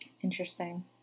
Interesting